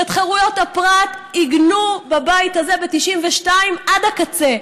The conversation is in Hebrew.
ואת חירויות הפרט עיגנו בבית הזה ב-1992 עד הקצה.